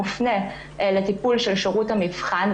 מופנה לטיפול של שירות המבחן,